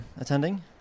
attending